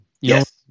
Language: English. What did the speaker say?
Yes